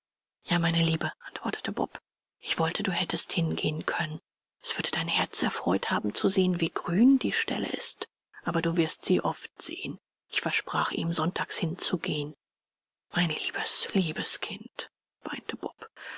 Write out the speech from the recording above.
ja meine liebe antwortete bob ich wollte du hättest hingehen können es würde dein herz erfreut haben zu sehen wie grün die stelle ist aber du wirst sie oft sehen ich versprach ihm sonntags hinzugehen mein liebes liebes kind weinte